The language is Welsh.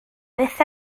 byth